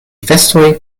festoj